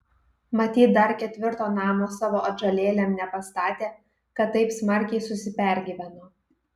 matyt dar ketvirto namo savo atžalėlėm nepastatė kad taip smarkiai susipergyveno